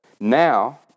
now